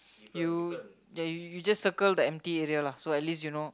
you ya you just circle the empty area lah so at least you know